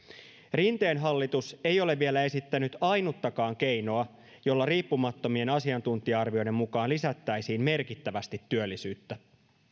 rinteen hallitus ei ole vielä esittänyt ainuttakaan keinoa jolla riippumattomien asiantuntija arvioiden mukaan lisättäisiin merkittävästi työllisyyttä